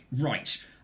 Right